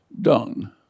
dung